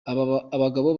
abagabo